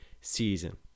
season